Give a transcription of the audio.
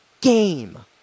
game